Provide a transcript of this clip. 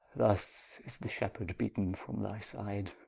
thus is the shepheard beaten from thy side,